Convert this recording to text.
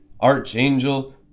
Archangel